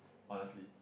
honestly